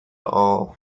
all